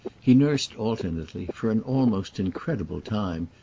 he nursed alternately, for an almost incredible time,